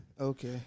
Okay